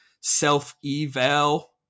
self-eval